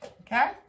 Okay